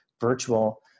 virtual